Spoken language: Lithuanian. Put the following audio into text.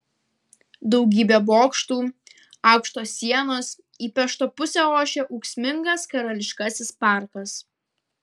daugybė bokštų aukštos sienos į pešto pusę ošia ūksmingas karališkasis parkas